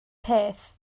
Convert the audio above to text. peth